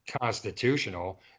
constitutional